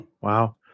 Wow